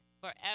forever